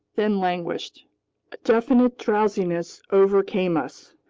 then languished. a definite drowsiness overcame us.